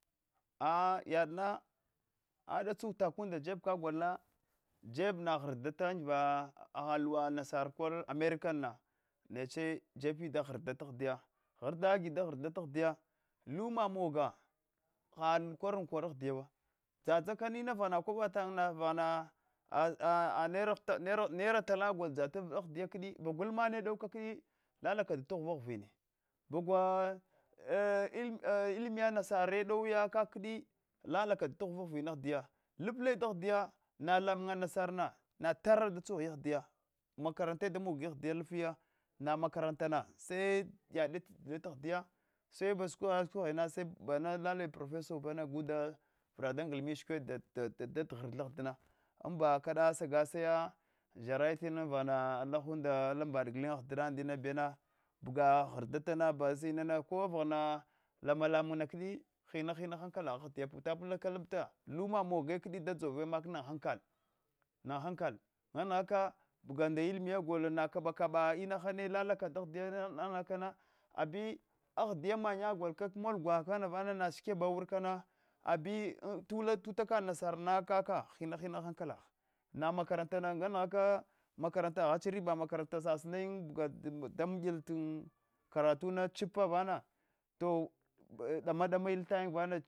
A yadana adatsa utakanda jebka golna jebna ghrdatan na angiva tuwa nasar korl america na neche jefi da ghoddata gi ahdiya ahdiya ghrdatagi da ghradate ahdiya tuma moga had korna agdiyaawa dzadzaka inava kwaba tahan laan vaghana nai- naira tala gol dzata kdi gwada almani dowiki lala t ghuvi ghuvini gwada ilmiya nasara dowiya kaka lalaka ghuvi ghuvi ahdiya lifli dahdiyana lamun nasar natar yada da tsohiya makarantan da mogi ahdiya ukya na makarantan se dzata mi lilmiya ahdiya suba-kogha sukoghina boma lalaka professor bewo guda vrata ngi mi shikwat da da da ghrdata ahdina inba kada saghya gyara tiunda avla ala alahunda va-dan mbadiya gulen ahdina ndina mbana buga ghrdata base inana ko vaghana tuma kdi hinna hinna hankalghs ahdiya vita puta putaka lifta luma mogyin da dzovka nda hankal na na hankal hang nanghaka baga nda ilimiya golna kaba kabaka ina hrimne lalaka dahdiya abina ahdiya mannya golka katsukwa gwata shikebin mana wurkana lifla utaka nasarna kaka hinna hinna han kelagh na makarantana nanghaka aghade riba makarantana sasino a da mi yu karatuna chips vana to dama dam il tayin